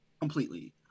completely